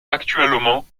actuellement